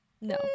No